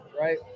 right